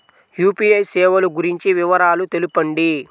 UPI సేవలు గురించి వివరాలు తెలుపండి?